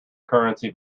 currency